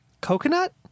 Coconut